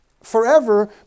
forever